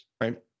right